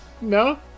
No